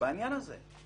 בעניין הזה.